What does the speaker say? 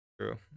True